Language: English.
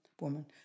Woman